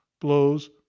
blows